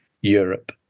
Europe